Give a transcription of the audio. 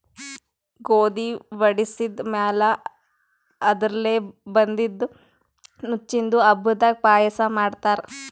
ಗೋಧಿ ವಡಿಸಿದ್ ಮ್ಯಾಲ್ ಅದರ್ಲೆ ಬಂದಿದ್ದ ನುಚ್ಚಿಂದು ಹಬ್ಬದಾಗ್ ಪಾಯಸ ಮಾಡ್ತಾರ್